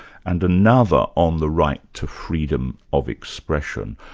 and another on the right to freedom of expression.